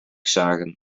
zagen